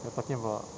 you're talking about